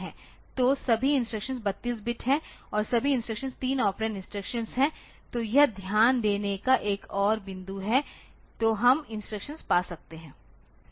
तो सभी instructions 32 bit हैं और सभी इंस्ट्रक्शंस 3 ऑपरेंड इंस्ट्रक्शन हैं तो यह ध्यान देने का एक और बिंदु है तो हम इंस्ट्रक्शन पा सकते है